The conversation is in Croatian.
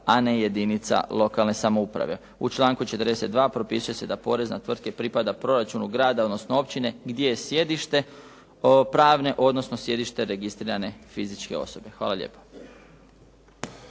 a ne jedinica lokalne samouprave. U članku 42. propisuje se da porez na tvrtke pripada proračunu grada odnosno općine gdje je sjedište pravne odnosno sjedište registrirane fizičke osobe. Hvala lijepo.